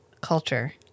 culture